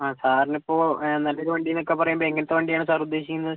ആ സാറിനിപ്പോൾ നല്ല ഒരു വണ്ടിയെന്നൊക്കെ പറയുമ്പോൾ എങ്ങനത്തെ വണ്ടിയാണ് സാർ ഉദ്ദേശിക്കുന്നത്